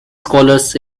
scholars